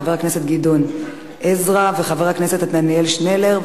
חבר הכנסת גדעון עזרא וחבר הכנסת עתניאל שנלר,